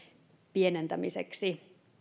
pienentämiseksi